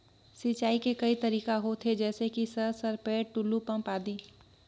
सिंचाई के कई तरीका होथे? जैसे कि सर सरपैट, टुलु पंप, आदि?